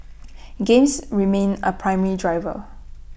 games remain A primary driver